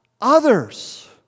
others